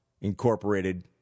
incorporated